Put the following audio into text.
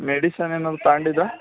medicine ಏನಾದ್ರೂ ತಗಂಡಿದ್ದ